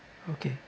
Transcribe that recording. mmhmm